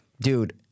dude